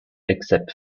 except